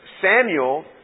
Samuel